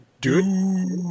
Dude